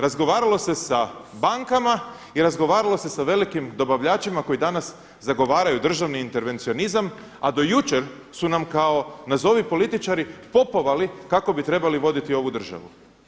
Razgovaralo se sa bankama i razgovaralo se sa velikim dobavljačima koji danas zagovaraju državni intervencionizam a do jučer su nam kao nazovi političari popovali kako bi trebali voditi ovu državu.